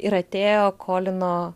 ir atėjo kolino